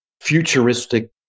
futuristic